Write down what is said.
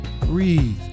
breathe